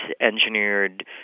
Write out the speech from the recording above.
engineered